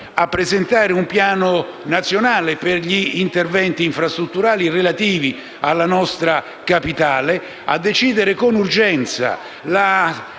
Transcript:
di presentare un piano nazionale per gli interventi infrastrutturali relativi alla nostra Capitale e di decidere con urgenza